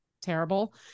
terrible